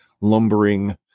lumbering